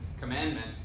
commandment